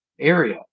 area